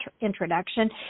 introduction